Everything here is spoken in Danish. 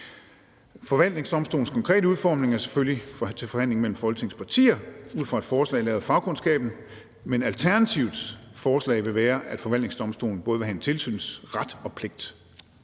Forvaltningsdomstolens konkrete udformning er selvfølgelig til forhandling mellem Folketingets partier ud fra et forslag lavet af fagkundskaben. Men Alternativets forslag vil være, at forvaltningsdomstolen både vil have en tilsynsret og -pligt.